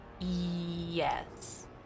Yes